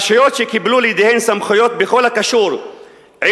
הרשויות שקיבלו לידיהן סמכויות בכל הקשור עם